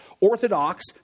orthodox